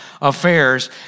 affairs